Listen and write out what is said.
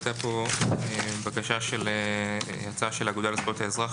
הייתה כאן הצעה של האגודה לזכויות האזרח